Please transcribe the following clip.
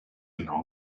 long